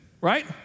right